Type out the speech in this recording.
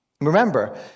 Remember